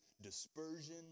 dispersion